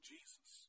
Jesus